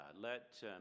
let